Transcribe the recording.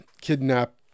kidnap